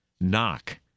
Knock